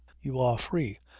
you are free.